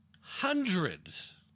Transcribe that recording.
hundreds